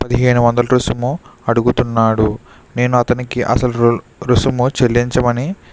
పదిహేను వందలు రుసుము అడుగుతున్నాడు నేను అతనికి అసలు రుసుము చెల్లించమని